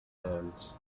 lands